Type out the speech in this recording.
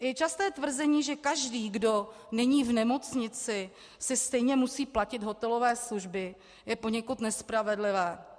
I časté tvrzení, že každý, kdo není v nemocnici, si stejně musí platit hotelové služby, je poněkud nespravedlivé.